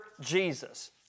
Jesus